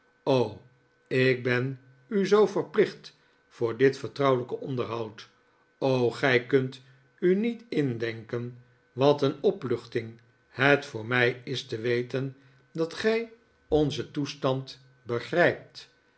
ik ben u zoo verplicht voor dit vertrouwelijke onderhoud o gij kunt u niet indenken wat een opluchting het voor mij is te weten dat gij onzen toestand begrijpt